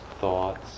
thoughts